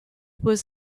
was